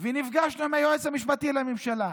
ונפגשנו עם היועץ המשפטי לממשלה,